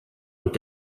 und